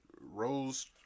rose